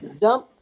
dump